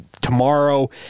tomorrow